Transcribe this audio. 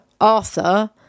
Arthur